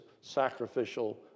sacrificial